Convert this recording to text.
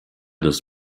des